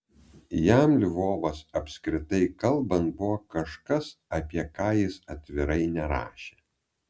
jam lvovas apskritai kalbant buvo kažkas apie ką jis atvirai nerašė